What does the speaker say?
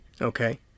Okay